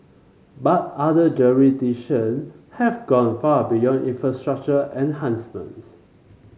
but other jurisdiction have gone far beyond infrastructure enhancements